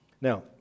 Now